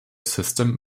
system